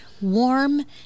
warm